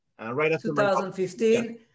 2015